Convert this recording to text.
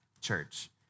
Church